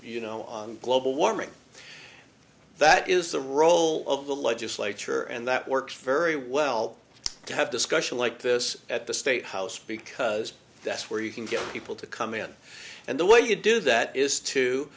you know on global warming that is the role of the legislature and that works very well to have discussions like this at the state house because that's where you can get people to come in and the way you do that is to